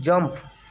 jump